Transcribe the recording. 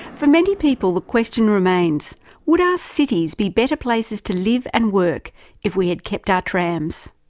for many people, the question remains would our cities be better places to live and work if we had kept our trams?